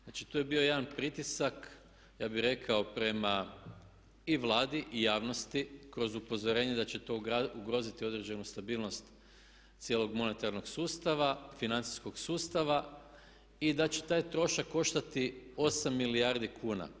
Znači tu je bio jedan pritisak ja bih rekao prema i Vladi i javnosti kroz upozorenje da će to ugroziti određenu stabilnost cijelog monetarnog sustava, financijskog sustava i da će taj trošak koštati 8 milijardi kuna.